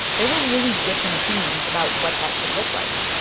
there were really different opinions about what that should look like.